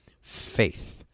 faith